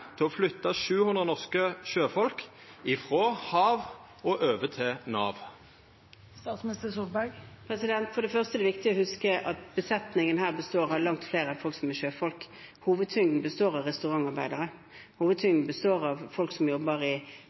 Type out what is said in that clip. til å flytta 700 norske sjøfolk frå hav og over til Nav? For det første er det viktig å huske at besetningen her består av langt flere enn dem som er sjøfolk.